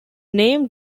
name